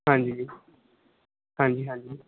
ਹਾਂਜੀ ਹਾਂਜੀ ਹਾਂਜੀ